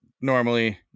normally